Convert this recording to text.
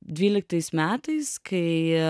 dvyliktais metais kai